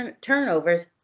turnovers